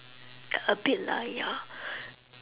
a bit lah ya